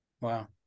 Wow